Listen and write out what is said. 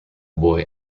boy